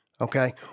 Okay